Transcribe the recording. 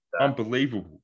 Unbelievable